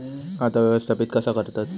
खाता व्यवस्थापित कसा करतत?